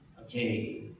okay